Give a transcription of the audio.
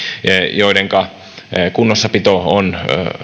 joidenka kunnossapito on